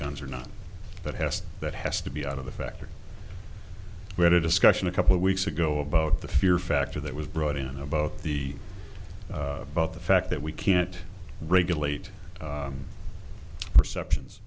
guns or not that has that has to be out of the factory we had a discussion a couple of weeks ago about the fear factor that was brought in about the about the fact that we can't regulate perceptions